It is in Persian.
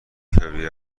فوریه